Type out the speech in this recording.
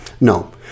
No